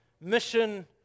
Mission